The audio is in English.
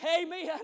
Amen